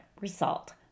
result